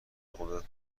قدرت